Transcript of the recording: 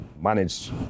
managed